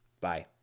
Bye